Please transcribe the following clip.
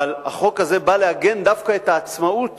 אבל החוק הזה בא לעגן דווקא את העצמאות